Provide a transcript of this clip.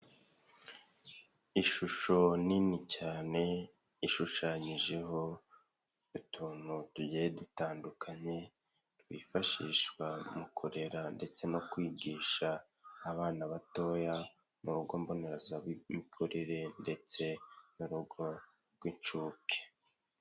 Ishusho nini cyane ishushanyijeho utuntu tugiye dutandukanye twifashishwa mu kurera ndetse no kwigisha abana batoya mu rugo mbonezamikurire ndetse n'urugo rw'incuke.